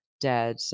dead